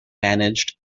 managed